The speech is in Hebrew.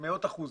במאות אחוזים.